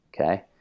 Okay